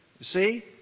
see